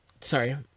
sorry